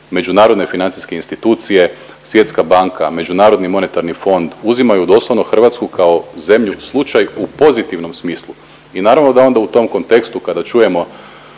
međunarodne financijske institucije, Svjetska banka, Međunarodni monetarni fond. Uzimaju doslovno Hrvatsku kao zemlju slučaj u pozitivnom smislu i naravno da onda u tom kontekstu kada čujemo